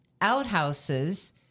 outhouses –